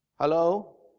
Hello